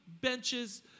benches